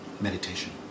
meditation